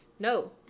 No